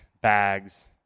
bags